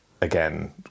again